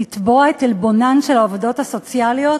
לתבוע את עלבונן של העובדות הסוציאליות,